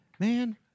Man